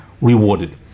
rewarded